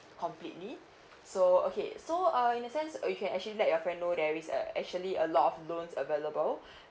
completely so okay so uh in the sense you can actually let your friend know there is a actually a lot of loans available